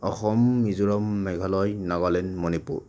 Assam Mizoram Meghalaya Nagaland Manipur